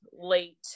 late